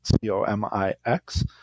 c-o-m-i-x